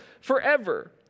forever